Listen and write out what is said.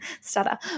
stutter